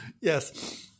yes